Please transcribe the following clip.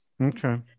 okay